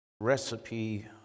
recipe